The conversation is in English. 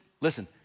listen